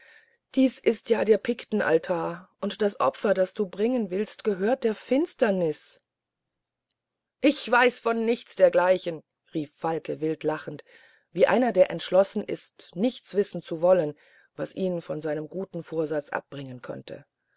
dies ist ja der piktenaltar und das opfer das du bringen willst gehört der finsternis ich weiß von nichts dergleichen rief falke wild lachend wie einer der entschlossen ist nichts wissen zu wollen was ihn von seinem vorsatz abbringen könnte